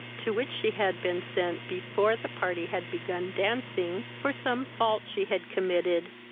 to which she had been sent before the party had began dancing, for some fault she had committed,